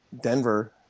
Denver